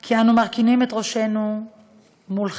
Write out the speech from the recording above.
כי אנו מרכינים את ראשינו מולכם,